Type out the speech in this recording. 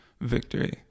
victory